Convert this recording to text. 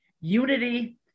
unity